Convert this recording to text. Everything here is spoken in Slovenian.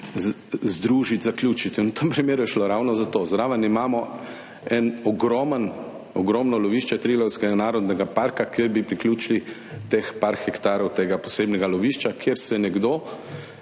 združiti, zaključiti in v tem primeru je šlo ravno za to. Zraven imamo en ogromen, ogromno lovišča Triglavskega narodnega parka, kjer bi priključili teh par hektarov tega posebnega lovišča, kjer se nekdo